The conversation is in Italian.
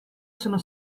sono